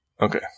Okay